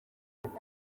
nuko